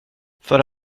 för